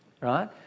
right